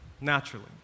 naturally